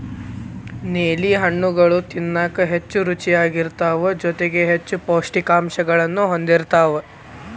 ನೇಲಿ ಹಣ್ಣುಗಳು ತಿನ್ನಾಕ ಹೆಚ್ಚು ರುಚಿಯಾಗಿರ್ತಾವ ಜೊತೆಗಿ ಹೆಚ್ಚು ಪೌಷ್ಠಿಕಾಂಶಗಳನ್ನೂ ಹೊಂದಿರ್ತಾವ